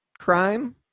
crime